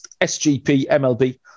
SGPMLB